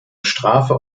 strafe